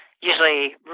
usually